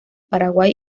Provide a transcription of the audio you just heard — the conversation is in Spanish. paraguay